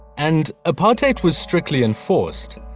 and apartheid was strictly enforced.